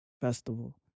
festival